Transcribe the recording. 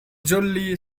jolly